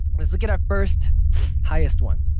let's look at our first highest one.